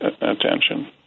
attention